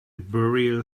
burial